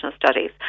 studies